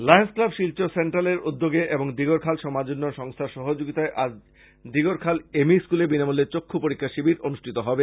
Lions club Silchar সেন্ট্রালের উদ্যোগে এবং দিগরখাল সমাজ উন্নয়ন সংস্থার সহযোগীতায় আজ দিগরখাল এম ই স্কুলে বিনামূল্যে চক্ষু পরীক্ষা শিবির অনুষ্ঠিত হবে